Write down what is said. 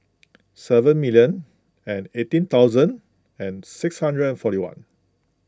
seven million and eighteen thousand and six hundred and forty one